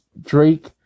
Drake